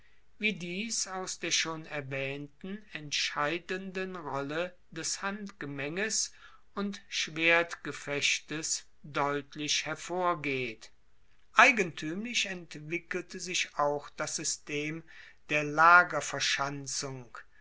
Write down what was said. wie dies aus der schon erwaehnten entscheidenden rolle des handgemenges und schwertgefechtes deutlich hervorgeht eigentuemlich entwickelte sich auch das system der